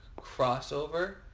crossover